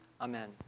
Amen